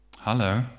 Hello